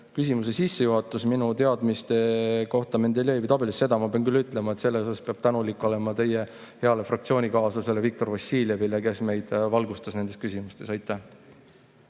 küsimuse sissejuhatus minu teadmiste kohta Mendelejevi tabelist – seda ma pean küll ütlema, et selle eest peab tänulik olema teie heale fraktsioonikaaslasele Viktor Vassiljevile, kes meid nendes küsimustes